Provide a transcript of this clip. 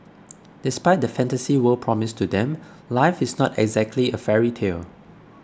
despite the fantasy world promised to them life is not exactly a fairy tale